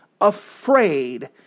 afraid